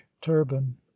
turban